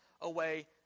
away